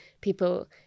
people